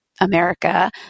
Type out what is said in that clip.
America